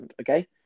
Okay